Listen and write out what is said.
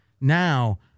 Now